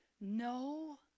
no